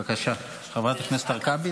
בבקשה, חברת הכנסת הרכבי.